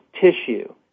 tissue